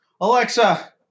Alexa